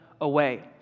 away